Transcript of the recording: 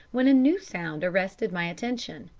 when a new sound arrested my attention.